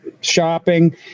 shopping